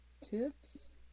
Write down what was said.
Tips